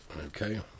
Okay